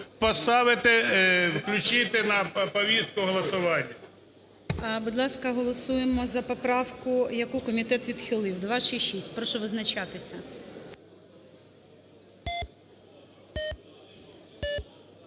поставити, включити на повістку голосування.